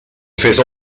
fes